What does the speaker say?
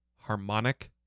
Harmonic